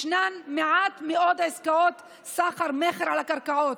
ישנן מעט מאוד עסקאות סחר-מכר על הקרקעות,